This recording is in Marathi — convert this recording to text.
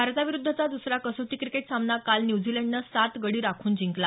भारताविरूद्धचा दुसरा कसोटी क्रिकेट सामना काल न्युझीलंन सात गडी राखून जिंकला